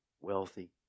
wealthy